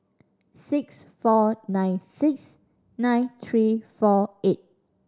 six four nine six nine three four eight